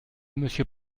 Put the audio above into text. monsieur